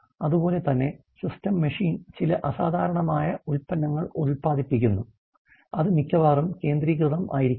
അതുപോലെ തന്നെ system machine ചില അസാധാരണമായ ഉൽപ്പന്നങ്ങൾ ഉൽപാദിപ്പിക്കുന്നു അത് മിക്കവാറും കേന്ദ്രികൃതം ആയിരിക്കില്ല